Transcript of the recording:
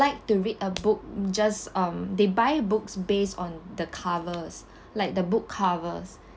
like to read a book just um they buy books based on the covers like the book covers